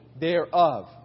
thereof